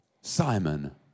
Simon